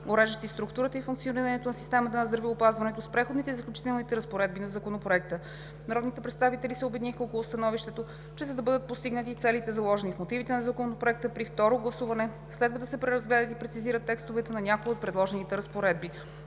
уреждащи структурата и функционирането на системата на здравеопазването, с Преходните и заключителните разпоредби на Законопроекта. Народните представители се обединиха около становището, че за да бъдат постигнати целите, заложени в мотивите на Законопроекта, при второ гласуване следва да се преразгледат и прецизират текстовете на някои от предложените разпоредби.